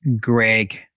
Greg